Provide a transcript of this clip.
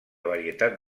varietat